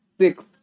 six